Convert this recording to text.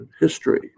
history